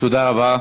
תודה רבה.